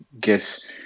guess